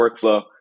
workflow